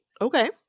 Okay